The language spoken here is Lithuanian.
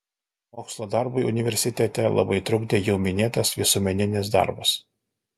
mokslo darbui universitete labai trukdė jau minėtas visuomeninis darbas